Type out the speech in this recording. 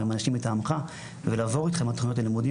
או עם אנשים מטעמך ולעבור איתכם על תוכניות הלימודים